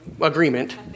agreement